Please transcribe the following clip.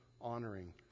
honoring